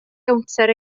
gownter